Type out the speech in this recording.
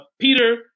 Peter